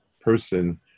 person